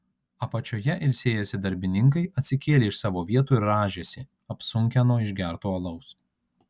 apačioje ilsėjęsi darbininkai atsikėlė iš savo vietų ir rąžėsi apsunkę nuo išgerto alaus